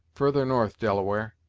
further north, delaware.